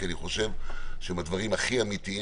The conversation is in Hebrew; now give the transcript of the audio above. כי אני חושב שהם הדברים הכי נכונים והכי אמיתיים